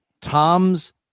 Tom's